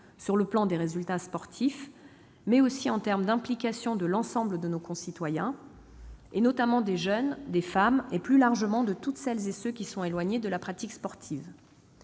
sur le plan des résultats sportifs, mais aussi pour ce qui concerne l'implication de l'ensemble de nos concitoyens, notamment des jeunes, des femmes et, plus largement, de toutes celles et de tous ceux qui sont éloignés de la pratique sportive.